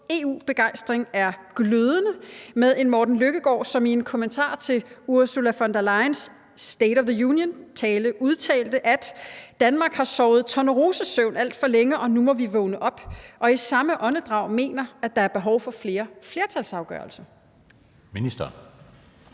EU-begejstring er glødende – med en Morten Løkkegaard, som i en kommentar til Ursula von der Leyens state of the union-tale udtaler, at Danmark har sovet tornerosesøvn alt for længe, og at vi nu må vågne op, og som i samme åndedrag mener, at der er behov for flere flertalsafgørelser. Kl.